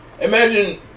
Imagine